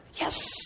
Yes